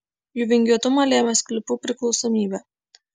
jų vingiuotumą lėmė sklypų priklausomybė